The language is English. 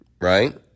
right